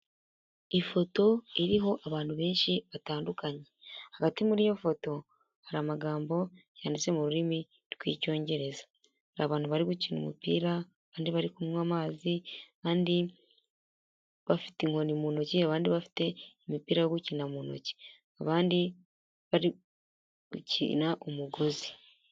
Ifoto iriho abantu benshi batandukanye, hagati muri iyo foto hari amagambo yanditse mu rurimi rw'Icyongereza, hari abantu bari gukina umupira, abandi bari kunywa amazi kandi bafite inkoni mu ntoki abandi bafite imipira yo gukina mu ntoki, abandi bari gukina umugozi.